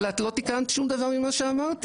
אבל את לא תיקנת שום דבר ממה שאמרתי,